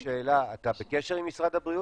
אתה בקשר עם משרד הבריאות?